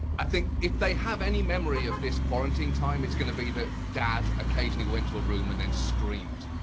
i think if they have any memory of this quarantine time it's gonna be that dad occasionally went to a room and then screamed.